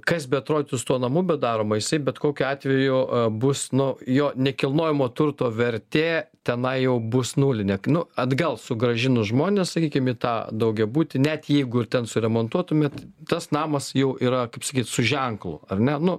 kas beatrodytų su tuo namu bedaroma jisai bet kokiu atveju bus nu jo nekilnojamo turto vertė tenai jau bus nulinė nu atgal sugrąžinus žmones sakykim į tą daugiabutį net jeigu ir ten suremontuotumėt tas namas jau yra kaip sakyt su ženklu ar ne nu